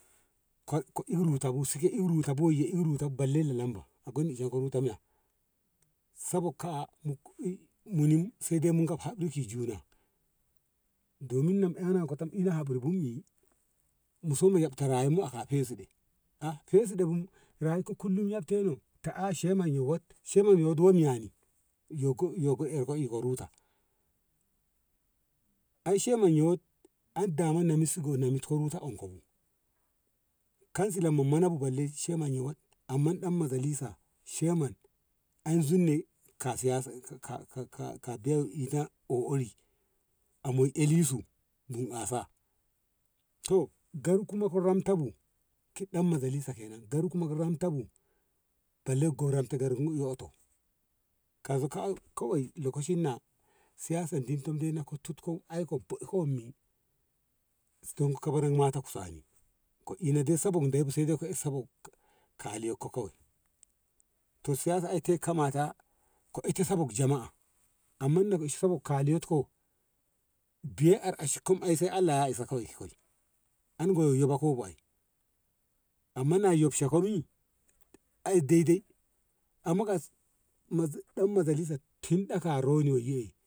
ka ko i ruta bu se e si e ruta bu bale la lamba a gonni ina ruta a miyya sabog ka a munin sai dai mu hamri ki juna domin ana ton ana hamri bun i mu soma yabta rayi mu a ka feside feside bun rayi ko kullum yabte no ta ciyaman yo wot ciyaman yot do miyani yo ko yoko eko ruta ai ciyaman yo wot an daman ni na mis in ruttaonko bu kansila mana bu balle ciyyaman yo wot amma dan majalisa ciyaman an zunni ka siyasa ka be ina ƙoƙari a moi olin su bunƙasa to gari ku ramto bu dan majalisakenan garin ku ma yom to bu balle goran ta yoto kai so ka kawai lokacin na siyasa ne din to dena tinko i kom mi bommi koba mata kusa ni ka ina dai sabo da dei bu sabo kaliyat ko siyasa ai ita sabot jama`a amma yo ka ina sabot kaliyat ko biye na ashikim ai sai Allah yya isa kawai ki koi amma yokshabi ai dai dai amma ka dan majalisa tin ɗaka roni eyyi